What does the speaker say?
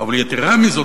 אבל יתירה מזו,